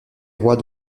rois